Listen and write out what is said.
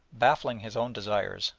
baffling his own desires,